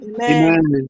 Amen